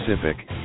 Pacific